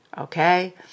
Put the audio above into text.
Okay